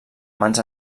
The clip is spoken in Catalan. mans